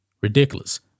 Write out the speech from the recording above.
Ridiculous